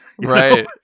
Right